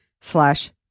slash